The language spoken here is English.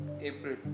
April